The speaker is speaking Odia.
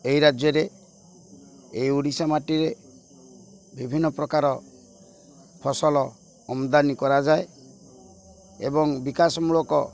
ଏହି ରାଜ୍ୟରେ ଏଇ ଓଡ଼ିଶା ମାଟିରେ ବିଭିନ୍ନ ପ୍ରକାର ଫସଲ ଆମଦାନୀ କରାଯାଏ ଏବଂ ବିକାଶମୂଳକ